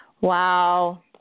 Wow